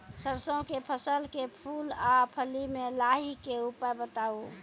सरसों के फसल के फूल आ फली मे लाहीक के उपाय बताऊ?